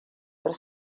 per